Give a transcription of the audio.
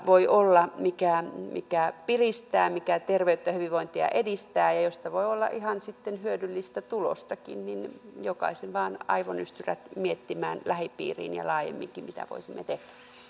voi olla monenlaista toimintaa joka piristää joka terveyttä ja hyvinvointia edistää ja ja josta voi olla ihan sitten hyödyllistä tulostakin eli jokaisen aivonystyrät vain miettimään lähipiiriin ja laajemminkin mitä voisimme tehdä